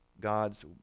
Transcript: God's